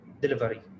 delivery